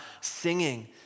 singing